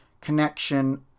connection